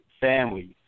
families